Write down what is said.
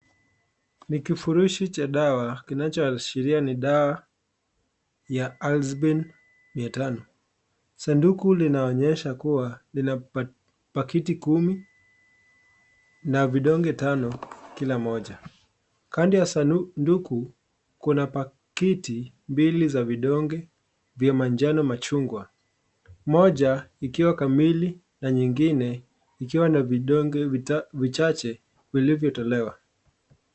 Ni kifurushi cha dawa kinachoashiria dawa ya Azithromycin, sanduku linaonyesha kuwa lina pakiti kumi na vidonge tano kila moja kando ya sanduku juu kuna pakiti mbili za vidonge vya manjano machungwa moja ikiwa kamili na nyingine ikiwa na vidonge vichache vilivyotolewa.